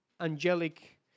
angelic